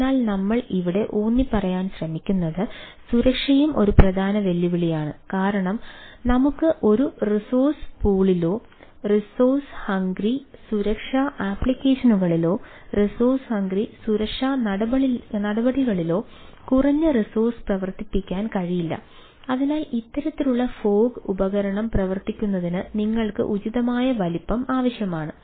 അതിനാൽ നമ്മൾ ഇവിടെ ഊന്നിപ്പറയാൻ ശ്രമിക്കുന്നത് സുരക്ഷയും ഒരു പ്രധാന വെല്ലുവിളിയാണ് കാരണം നമുക്ക് ഒരു റിസോഴ്സ് പൂളിലോ റിസോഴ്സ് ഹംഗ്റി ഉപകരണം പ്രവർത്തിക്കുന്നതിന് നിങ്ങൾക്ക് ഉചിതമായ വലുപ്പം ആവശ്യമാണ്